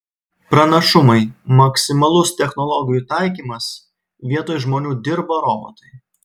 pranašumai maksimalus technologijų taikymas vietoj žmonių dirba robotai